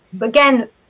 again